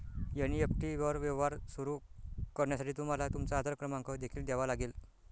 NEFT वर व्यवहार सुरू करण्यासाठी तुम्हाला तुमचा आधार क्रमांक देखील द्यावा लागेल